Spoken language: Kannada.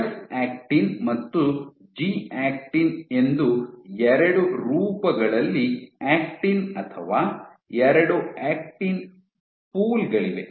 ಎಫ್ ಆಕ್ಟಿನ್ ಮತ್ತು ಜಿ ಆಕ್ಟಿನ್ ಎಂದು ಎರಡು ರೂಪಗಳಲ್ಲಿ ಆಕ್ಟಿನ್ ಅಥವಾ ಎರಡು ಆಕ್ಟಿನ್ ಪೂಲ್ಗಳಿವೆ